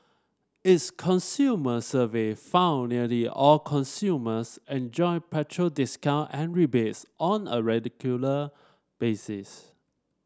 its consumer survey found nearly all consumers enjoy petrol discount and rebates on a regular basis